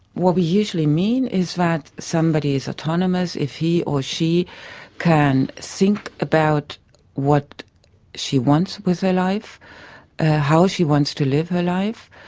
what we usually mean is that somebody is autonomous if he or she can think about what she wants with her life ah how she wants to live her life,